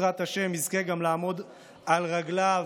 בעזרת השם יזכה גם לעמוד על רגליו,